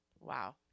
Wow